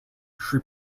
sri